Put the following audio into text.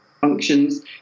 functions